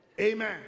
Amen